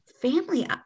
family